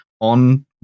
on